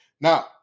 Now